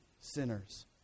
sinners